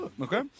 Okay